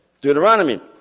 Deuteronomy